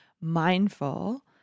mindful